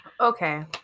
okay